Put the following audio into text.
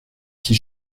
qui